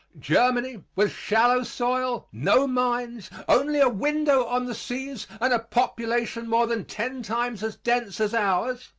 germany, with shallow soil, no mines, only a window on the seas and a population more than ten times as dense as ours,